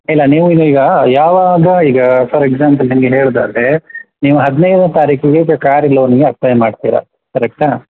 ಇಲ್ಲ ನೀವು ಈಗ ಯಾವಾಗ ಈಗ ಫಾರ್ ಎಕ್ಸಾಂಪಲ್ ನಿಮಗೆ ಹೇಳುವುದಾದ್ರೆ ನೀವು ಹದಿನೈದನೆ ತಾರೀಖಿಗೆ ಇದು ಕಾರಿ ಲೋನಿಗೆ ಅಪ್ಲೈ ಮಾಡ್ತೀರ ಕರೆಕ್ಟಾ